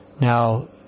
Now